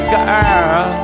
girl